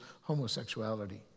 homosexuality